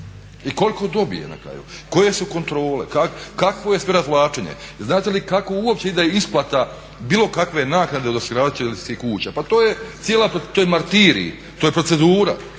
i koliko dobije na kraju, koje su kontrole, kakvo je …. Znate li kako uopće ide isplata bilo kakve naknade od osiguravateljskih kuća? Pa to je martirij, to je procedura.